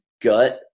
gut